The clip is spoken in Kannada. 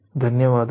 ಧನ್ಯವಾದಗಳು